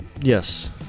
Yes